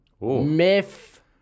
myth